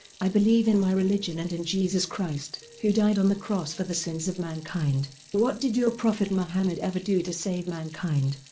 i believe in my religion and in jesus christ, who died on the cross for the sins of mankind. mankind. what did your prophet mohammed ever do to save mankind?